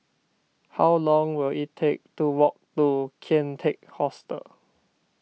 how long will it take to walk to Kian Teck Hostel